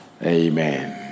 Amen